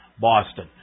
Boston